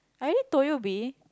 I already told you B